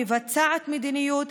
המבצעת מדיניות,